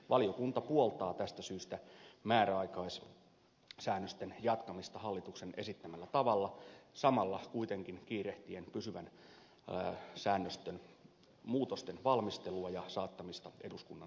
valiokunta puoltaa tästä syystä määräaikaissäännösten jatkamista hallituksen esittämällä tavalla samalla kuitenkin kiirehtien pysyvän säännöstön muutosten valmistelua ja saattamista eduskunnan päätettäväksi